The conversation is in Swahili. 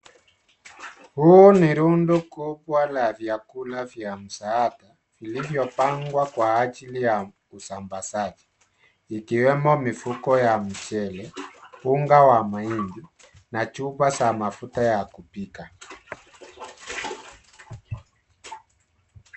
Huu ni rundo kubwa la vyakula vya msaada vilivyopangwa kwa ajili ya usambazaji ikiwemo mifuko ya mchele, unga wa mahindi na chupa za mafuta ya kupika.